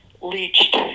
leached